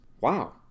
Wow